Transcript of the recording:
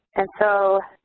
and so,